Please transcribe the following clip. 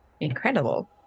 Incredible